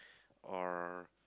or